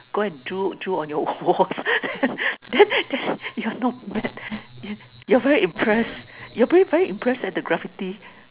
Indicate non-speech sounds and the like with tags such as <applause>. go and drew drew on your wall <laughs> then then you are not mad and you are very impress you are very very impress at the graffiti